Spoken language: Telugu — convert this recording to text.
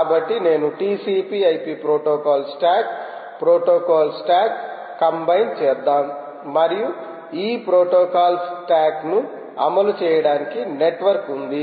కాబట్టి నేను TCP IP protocol stack protocol స్టాక్ను కంబైన్ చేద్దాం మరియు ఈ ప్రోటోకాల్ స్టాక్ను అమలు చేయడానికి నెట్వర్క్ ఉంది